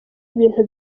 ibintu